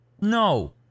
No